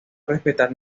respetar